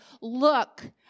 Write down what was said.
look